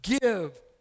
Give